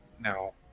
no